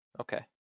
Okay